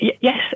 Yes